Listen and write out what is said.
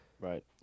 right